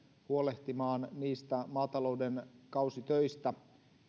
huolehtimaan niistä maatalouden kausitöistä